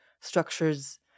structures